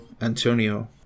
Antonio